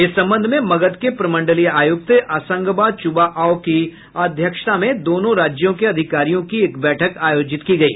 इस संबंध में मगध के प्रमंडलीय आयुक्त असंगबा चुवा आओ की अध्यक्षता में दोनों राज्यों के अधिकारियों की एक बैठक आयोजित की गयी